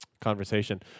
conversation